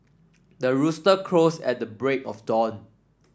the rooster crows at the break of dawn